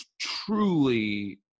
truly